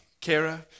Kara